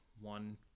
one